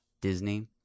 Disney